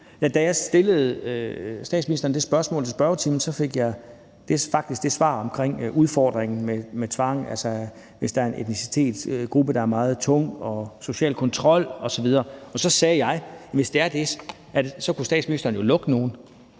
Da jeg stillede statsministeren det spørgsmål i spørgetimen, fik jeg faktisk det svar omkring udfordringen med tvang, altså hvis der er en etnicitetsgruppe, der er meget tung, og social kontrol osv. Og så sagde jeg, at hvis der er det, så kunne statsministeren jo lukke nogle.